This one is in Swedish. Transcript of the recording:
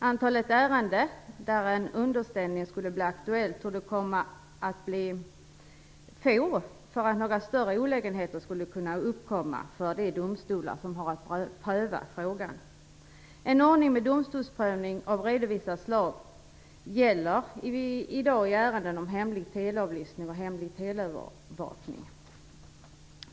De ärenden där en underställning skulle bli aktuell torde komma att bli alltför få för att några större olägenheter skulle kunna uppkomma för de domstolar som har att pröva frågan. En ordning med domstolsprövning av redovisat slag gäller i dag i ärenden om hemlig teleavlyssning och hemlig teleövervakning.